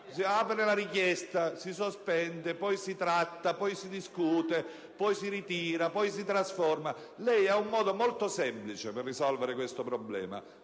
si apre la richiesta, si sospende, poi si tratta, si discute, si ritira e poi si trasforma. Lei ha un modo molto semplice per risolvere il problema: